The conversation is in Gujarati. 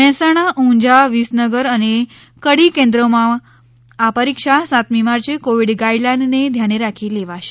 મહેસાણા ઉંઝા વીસનગર અને કડી કેન્દ્રોમાં આ પરીક્ષા સાતમી માર્ચે કોવિડ ગાઇડલાઇનને ધ્યાને રાખી લેવાશે